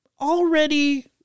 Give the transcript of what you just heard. already